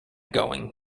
going